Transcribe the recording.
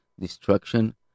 destruction